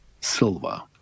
Silva